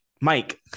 mike